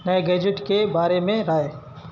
نئے گیجیٹ کے بارے میں رائے